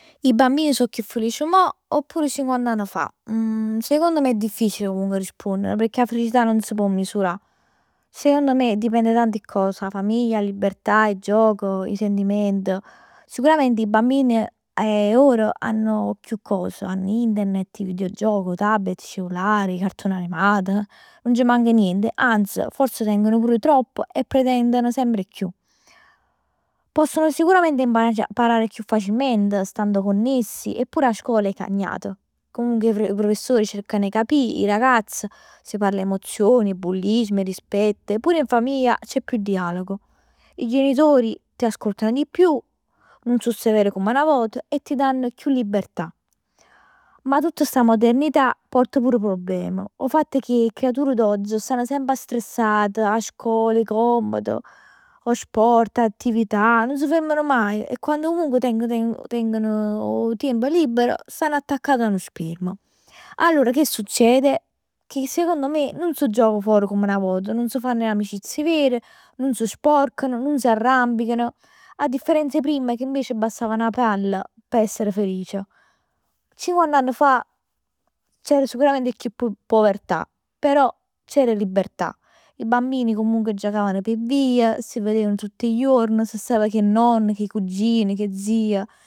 I bambini so chiù felic mo oppure cinquant'ann fa? Secondo me è difficile comunque a risponnere, pecchè 'a felicità nun s' pò misurà. Secondo me dipende 'a tanti cose, 'a famiglia, 'a libertà, 'e gioc, 'e sentiment. Sicurament 'e bambin 'e ora, hanno chiù cos, hanno internet, i videogiochi, 'o tablet, i cellullari, i cartoni animat. Nun c' manc nient, anzi fors tenen tropp e pretendono semp 'e chiù. Possono sicuramente imparare, imparà chiù facilment stando connessi e pur 'a scol è cagnat. Comunque 'e professori cercano 'e capì 'e ragazz. Si parla 'e emozioni, bullismo, 'e rispetto. Pure in famiglia c'è più dialogo. I genitori ti ascoltano di più, non so severi come 'a 'na vot e ti danno chiù libertà. Ma tutt sta modernità porta pur problemi. 'O fatt che 'e creatur d'oggi stann semp stressat, 'a scol, 'e compit, 'o sport, attività, nun s' fermano maje. E quand teng teng tengono 'o tiemp libero, stann attaccat 'a nu scherm. Allora che succede? Che secondo me nun s' gioca for comm'a 'na vot. Nun s' fann le amicizie vere, nun s' sporcano, nun s'arrampicano. A differenz 'e primm che invece bastava 'na palla p' essere felic. Cinquant'ann fa c'era sicurament chiù povertà. Però c'era libertà. I bambini comunque giocavano p' vij. Si vereven tutt 'e juorn, steven semp cu 'e nonn, cu 'e cugin, cu 'e zij.